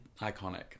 iconic